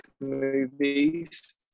movies